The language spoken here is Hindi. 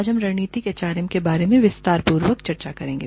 आज हम रणनीतिक एचआरएम के बारे में विस्तार पूर्वक चर्चा करेंगे